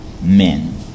men